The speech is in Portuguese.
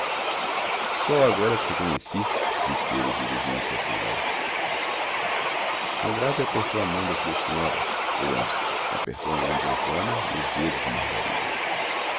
só agora as reconheci disse ele dirigindo-se às senhoras andrade apertou a mão das duas senhoras ou antes apertou a mão de antônia e os dedos de margarida